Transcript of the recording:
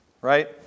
right